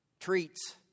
treats